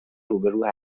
روبرو